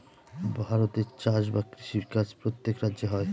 ভারতে চাষ বা কৃষি কাজ প্রত্যেক রাজ্যে হয়